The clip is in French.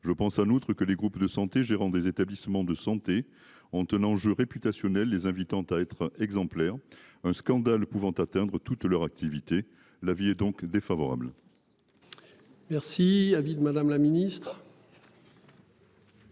Je pense en outre que les groupes de santé gérants des établissements de santé ont un enjeu réputationnel les invitant à être exemplaire. Un scandale pouvant atteindre toute leur activité, l'avis est donc défavorable. Merci à vide, madame la Ministre.